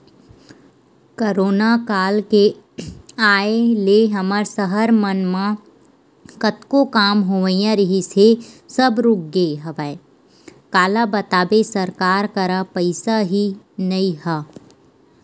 corona काल के आय ले हमर सहर मन म कतको काम होवइया रिहिस हे सब रुकगे हवय काला बताबे सरकार करा पइसा ही नइ ह